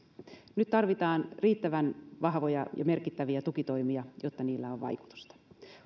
nyt tarvitaan riittävän vahvoja ja merkittäviä tukitoimia jotta niillä on vaikutusta